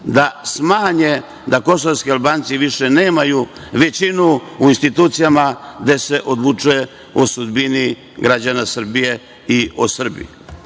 da smanje, da kosovski Albanci više nemaju većinu u institucijama gde se odlučuje o sudbini građana Srbije i o Srbiji.